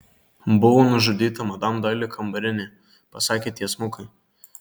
buvo nužudyta madam doili kambarinė pasakė tiesmukai